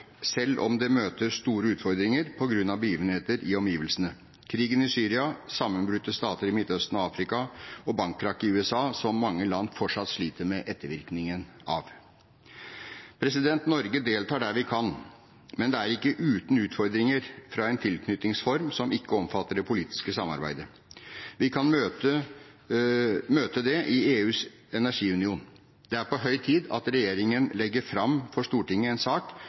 selv om det møter store utfordringer på grunn av begivenheter i omgivelsene: krigen i Syria, sammenbrutte stater i Midt-Østen og Afrika og bankkrakket i USA, som mange land fortsatt sliter med ettervirkningene av. Norge deltar der vi kan, men det er ikke uten utfordringer fra en tilknytningsform som ikke omfatter det politiske samarbeidet. Vi kan møte det i EUs energiunion. Det er på høy tid at regjeringen legger fram for Stortinget en sak